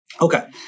Okay